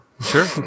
sure